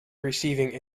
receiving